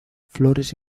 flores